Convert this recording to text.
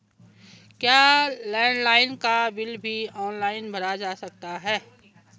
क्या लैंडलाइन का बिल भी ऑनलाइन भरा जा सकता है?